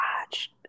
watch